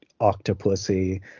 Octopussy